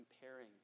comparing